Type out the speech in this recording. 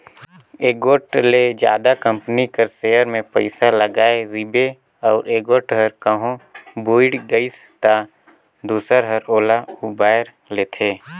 एगोट ले जादा कंपनी कर सेयर में पइसा लगाय रिबे अउ एगोट हर कहों बुइड़ गइस ता दूसर हर ओला उबाएर लेथे